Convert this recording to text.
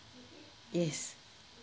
yes